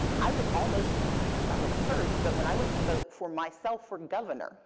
i was almost i wasn't purged, but when i went to vote for myself for governor